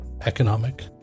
economic